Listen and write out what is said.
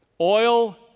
oil